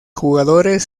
jugadores